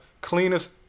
cleanest